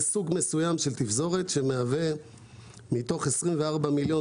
זה סוג מסוים של תפזורת שמהווה מתוך 24 מיליון